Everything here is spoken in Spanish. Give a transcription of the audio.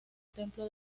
templo